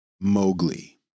Mowgli